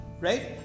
right